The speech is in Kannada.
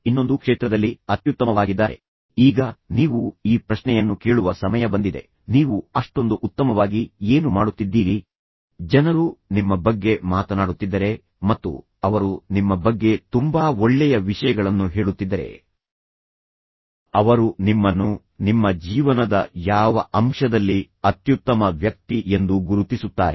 ಗ್ರಹಿಕೆಯ ದೋಷಗಳು ಉಂಟಾಗುತ್ತವೆ ಎಂಬ ಅಂಶಕ್ಕೆ ಆಕಸ್ಮಿಕತೆಯನ್ನು ನೀಡುವುದರ ಮುಖಾಂತರ ಗ್ರಹಿಕೆಯ ವಿಷಯವನ್ನು ಹೇಗೆ ಪುನರ್ರಚಿಸಬಹುದು ಎಂಬುದನ್ನು ನೀವು ಸಂಬಂಧಿಸಿದ ವ್ಯಕ್ತಿಗೆ ಸೂಚಿಸಿ ಅವರು ವಾಸ್ತವವನ್ನು ನೋಡಲು ಪ್ರಯತ್ನಿಸುವ ರೀತಿಯಲ್ಲಿ ಅವರು ಸತ್ಯವನ್ನು ಅರ್ಥಮಾಡಿಕೊಳ್ಳಲು ಪ್ರಯತ್ನಿಸುತ್ತಾರೆ